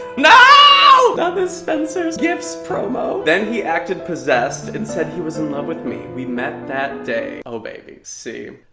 no spencer's gifts promo. then he acted possessed and said he was in love with me, we met that day. oh, baby, see.